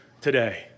Today